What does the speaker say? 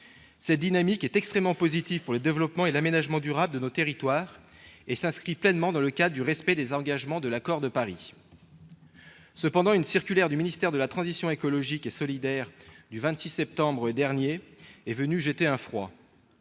Cette dynamique est extrêmement positive pour le développement et l'aménagement durable de nos territoires et s'inscrit pleinement dans le cadre du respect des engagements pris lors de l'accord de Paris. Cependant, une circulaire du ministère de la transition écologique et solidaire du 26 septembre dernier est venue jeter un froid.